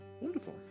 Wonderful